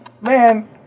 Man